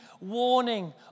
warning